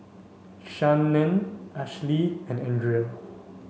Shannen Ashli and Andrea